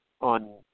on